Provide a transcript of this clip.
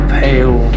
pale